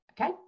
Okay